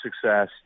success